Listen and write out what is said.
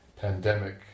pandemic